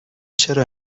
چرا